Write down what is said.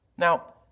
Now